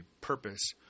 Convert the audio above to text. purpose